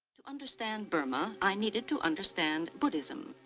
to understand burma, i needed to understand buddhism,